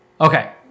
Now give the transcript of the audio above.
Okay